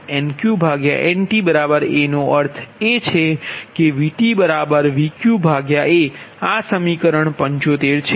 તેથી Vq VtNq Nt a નો અર્થ છે VtVq a આ સમીકરણ 75 છે